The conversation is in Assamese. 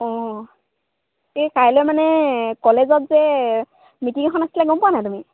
অঁ এই কাইলৈ মানে কলেজত যে মিটিং এখন আছিলে গম পোৱা নাই তুমি